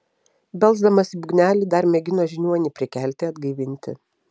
belsdamas į būgnelį dar mėgino žiniuonį prikelti atgaivinti